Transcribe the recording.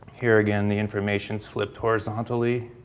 here again, the information is flipped horizontally